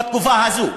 בתקופה הזאת.